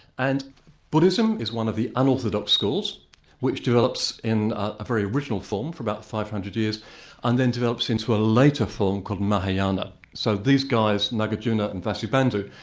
and buddhism is one of the unorthodox schools which develops in a very original form for about five hundred years and then develops into a later form called mahayana. so these guys, nagarjuna and vasubandhu,